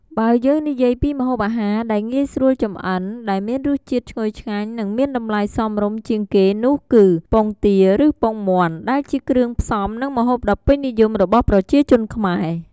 បើយើងនិយាយពីម្ហូបអាហារដែលងាយស្រួលចម្អិនដែលមានរសជាតិឈ្ងុយឆ្ងាញ់ និងមានតម្លៃសមរម្យជាងគេនោះគឺ ពងទាឬពងមាន់ ដែលជាគ្រឿងផ្សំនិងម្ហូបដ៏ពេញនិយមរបស់ប្រជាជនខ្មែរ។